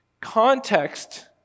Context